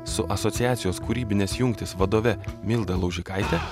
su asociacijos kūrybinės jungtys vadove milda laužikaite